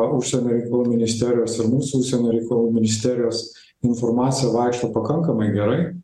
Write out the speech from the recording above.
užsienio reikalų ministerijos ir mūsų užsienio reikalų ministerijos informacija vaikšto pakankamai gerai